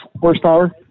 horsepower